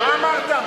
מה אמרת,